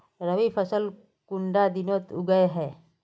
रवि फसल कुंडा दिनोत उगैहे?